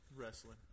wrestling